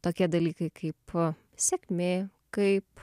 tokie dalykai kaip sėkmė kaip